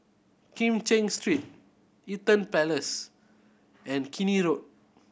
Kim Cheng Street Eaton Place and Keene Road